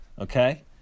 Okay